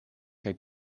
kaj